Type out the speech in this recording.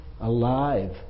alive